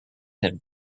him